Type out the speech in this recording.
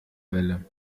welle